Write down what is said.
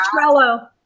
trello